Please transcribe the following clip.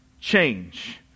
change